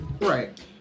Right